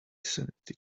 sanity